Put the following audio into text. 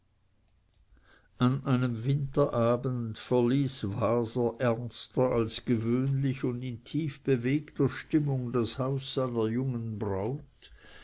an einem winterabend verließ waser ernster als gewöhnlich und in tief bewegter stimmung das haus seiner jungen braut